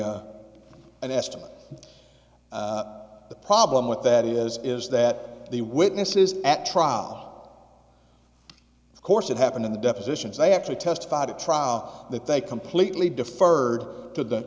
n estimate the problem with that is is that the witnesses at trial of course it happened in the depositions they actually testified at trial that they completely deferred t